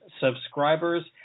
subscribers